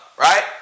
Right